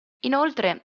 inoltre